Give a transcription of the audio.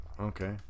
Okay